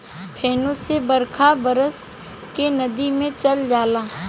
फेनू से बरखा बरस के नदी मे चल जाला